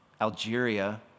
Algeria